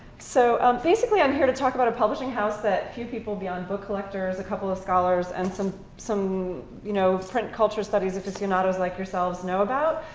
so basically i'm here to talk about a publishing house that few people beyond book collectors, a couple of scholars, and some, you know, print culture studies aficionados like yourselves know about.